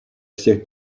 всех